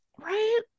right